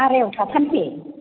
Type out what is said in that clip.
आरायाव थाबथानसे